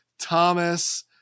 Thomas